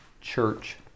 church